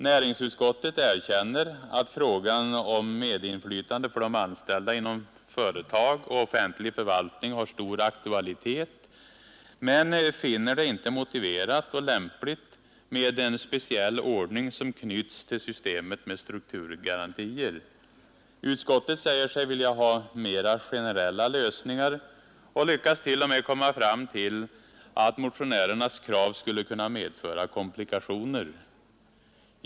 Näringsutskottet erkänner att frågan om medinflytande för de anställda inom företag och offentlig förvaltning har stor aktualitet men finner det inte motiverat och lämpligt med en speciell ordning som knyts till systemet med strukturgarantier. Utskottet säger sig vilja ha flera generella lösningar och lyckas till och med komma fram till att motionärernas krav skulle kunna medföra komplikationer.